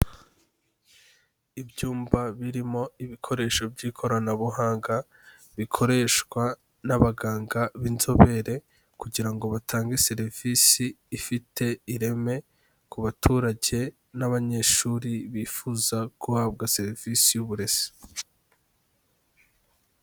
Ibyumba birimo ibikoresho by'ikoranabuhanga bikoreshwa n'abaganga b'inzobere, kugira ngo batange serivisi ifite ireme ku baturage n'abanyeshuri bifuza guhabwa serivisi y'uburezi.